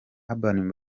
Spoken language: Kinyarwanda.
urban